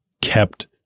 kept